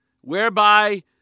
whereby